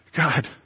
God